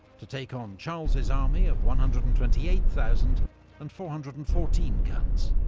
to take on charles's army of one hundred and twenty eight thousand and four hundred and fourteen guns.